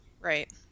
Right